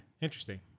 Interesting